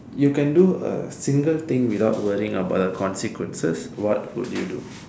you can do a single thing without worrying about the consequences what will you do